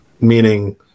meaning